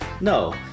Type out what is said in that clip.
No